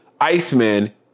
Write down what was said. Iceman